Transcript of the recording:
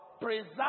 Preserve